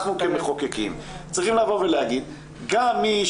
אנחנו כמחוקקים צריכים להגיד שגם מי